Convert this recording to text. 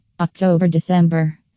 October-December